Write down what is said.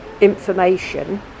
information